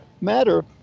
matter